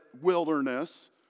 wilderness